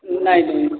नहीं नहीं